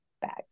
Bags